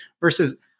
versus